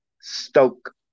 Stoke